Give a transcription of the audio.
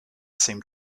seemed